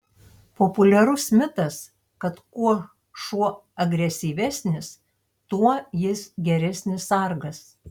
populiarus mitas kad kuo šuo agresyvesnis tuo jis geresnis sargas